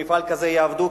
במפעל כזה יעבדו,